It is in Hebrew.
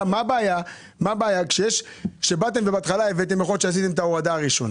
שבהתחלה כשהבאתם עשיתם את ההורדה הראשונה,